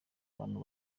abantu